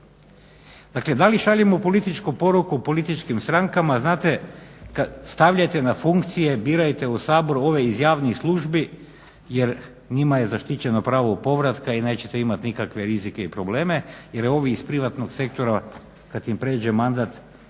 Dakle, da li šaljemo političku poruku političkim strankama znate stavljajte na funkcije, birajte u Sabor ove iz javnih službi jer njima je zaštićeno pravo povratka i nećete imati nikakve rizike i probleme jer ovi iz privatnog sektora kad im prođe mandat